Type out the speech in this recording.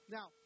Now